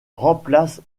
remplace